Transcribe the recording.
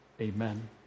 Amen